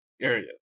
area